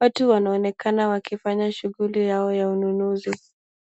Watu wanaonekana wakifanya shughuli yao ya uuzaji.